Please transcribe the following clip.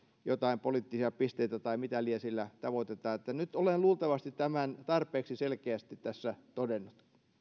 joitain poliittisia pisteitä tai mitä lie sillä tavoitellaan nyt olen luultavasti tämän tarpeeksi selkeästi tässä todennut